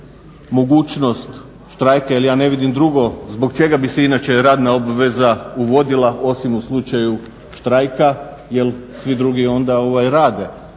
mogućnost štrajka ili ja ne vidim drugo zbog čega bi se inače radna obveza uvodila osim u slučaju štrajka jer svi drugi onda rade,